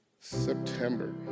September